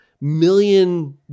million